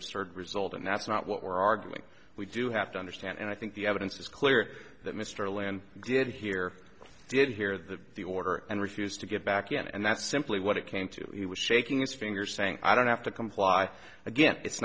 absurd result and that's not what we're arguing we do have to understand and i think the evidence is clear that mr lindh did here did hear that the order and refused to get back in and that's simply what it came to he was shaking his finger saying i don't have to comply again it's